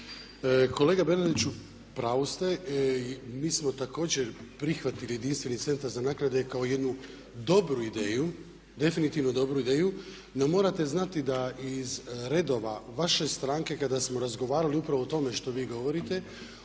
Kolega Bernardiću, u pravu ste i mi smo također prihvatili jedinstveni centar za naknade kao jednu dobru ideju, definitivno dobro ideju. No morate znati da iz redova vaše stranke kada smo razgovarali upravo o tome što vi govorite